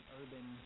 urban